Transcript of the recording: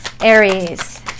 Aries